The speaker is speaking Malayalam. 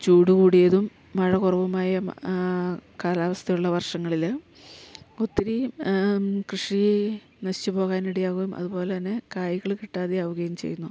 ചൂട് കൂടിയതും മഴക്കുറവുമായ കാലാവസ്ഥയുള്ള വർഷങ്ങളിൽ ഒത്തിരി കൃഷി നശിച്ച് പോകാനിടയാകുകയും അതു പോലെ തന്നെ കായ്കൾ കിട്ടാതെ ആകുകയും ചെയ്യുന്നു